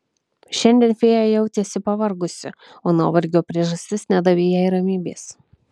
šiandien fėja jautėsi pavargusi o nuovargio priežastis nedavė jai ramybės